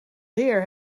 zeer